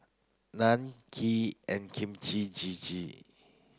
Naan Kheer and Kimchi Jjigae